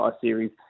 series